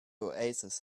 oasis